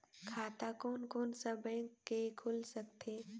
खाता कोन कोन सा बैंक के खुल सकथे?